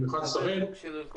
במיוחד שראל,